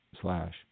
slash